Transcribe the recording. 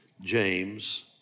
James